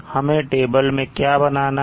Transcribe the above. हमें टेबल में क्या बनाना है